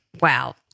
wow